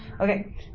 Okay